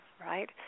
right